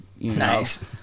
Nice